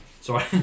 Sorry